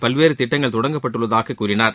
பல்வேறு திட்டங்கள் தொடங்கப்பட்டுள்ளதாக கூறினார்